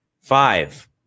five